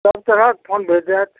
सब तरहक फोन भेटि जाएत